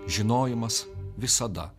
žinojimas visada